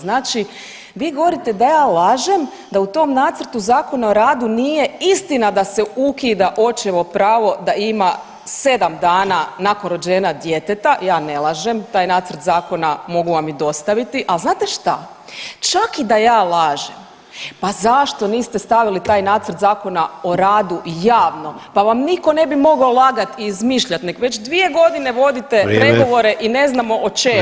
Znači vi govorite da ja lažem da u tom nacrtu Zakona o radu nije istina da se ukida očevo pravo da ima 7 dana nakon rođenja djeteta, ja ne lažem, taj nacrt zakona mogu vam i dostaviti, al znate šta, čak i da ja lažem, pa zašto niste stavili taj nacrt Zakona o radu javno, pa vam niko ne bi mogao lagat i izmišljat, nego već 2.g. vodite pregovore i ne znamo o čemu.